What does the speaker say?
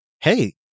Hey